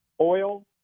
oil